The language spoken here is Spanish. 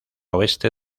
oeste